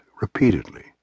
repeatedly